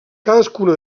cadascuna